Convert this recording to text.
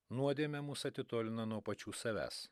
nuodėmė mus atitolina nuo pačių savęs